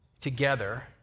together